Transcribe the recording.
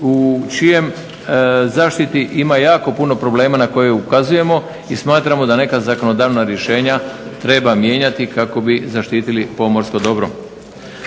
u čijoj zaštiti ima jako puno problema na koje ukazujemo i smatramo da neka zakonodavna rješenja treba mijenjati kako bi zaštitili pomorsko dobro.